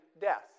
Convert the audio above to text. death